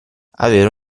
avere